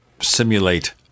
simulate